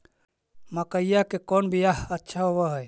मकईया के कौन बियाह अच्छा होव है?